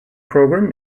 program